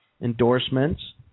endorsements